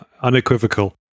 Unequivocal